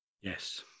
yes